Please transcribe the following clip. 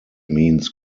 means